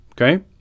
okay